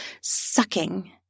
Sucking